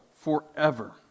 forever